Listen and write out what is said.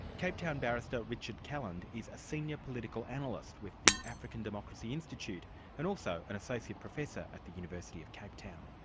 cape town barrister richard calland is a senior political analyst with the african democracy institute and also an associate professor at the university of cape town.